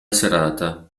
serata